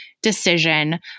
Decision